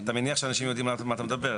כשקוראים לחלק מהעם פה בוגדים?